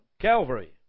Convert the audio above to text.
Calvary